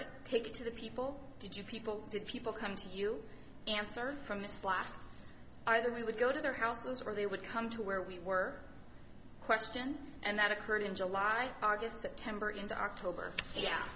it take it to the people did you people did people come to you answer from the spot i said we would go to their houses or they would come to where we were question and that occurred in july august september and october